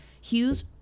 Hughes